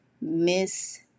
Miss